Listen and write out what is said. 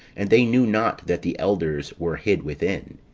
and they knew not that the elders were hid within.